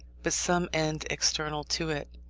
but some end external to it,